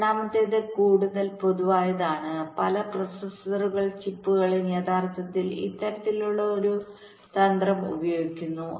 രണ്ടാമത്തേത് കൂടുതൽ പൊതുവായതാണ് പല പ്രോസസർ ചിപ്പുകളും യഥാർത്ഥത്തിൽ ഇത്തരത്തിലുള്ള ഒരു തന്ത്രം ഉപയോഗിക്കുന്നു